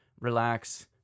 relax